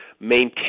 maintain